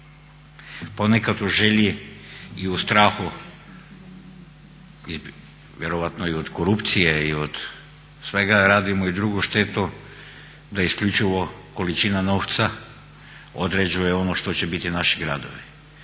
Ponekad u želji i u strahu, vjerojatno i od korupcije i od svega radimo i drugu štetu da isključivo količina novca određuje ono što će biti naši gradovi.